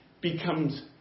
becomes